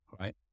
right